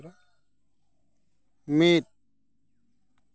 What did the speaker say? ᱢᱤᱫ